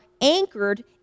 anchored